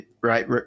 right